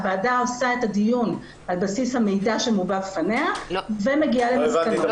הוועדה עושה את הדיון על בסיס המידע שמובא בפניה ומגיעה למסקנות.